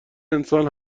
انسان